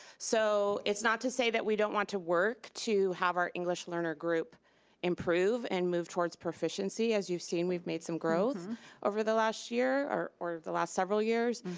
so it's not to say that we don't want to work to have our english learner group improve and move towards proficiency as you've seen we've made some growth over the last year or the last several years,